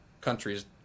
countries